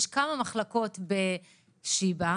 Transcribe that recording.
יש כמה מחלקות בשיבא,